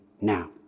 now